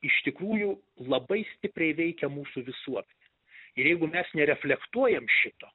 iš tikrųjų labai stipriai veikia mūsų visuomenę ir jeigu mes nereflektuojam šito